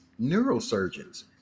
neurosurgeons